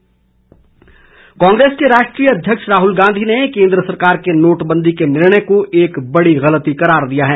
राहुल गांधी कांग्रेस के राष्ट्रीय अध्यक्ष राहुल गांधी ने केन्द्र सरकार के नोटबंदी के निर्णय को एक बड़ी गलती करार दिया है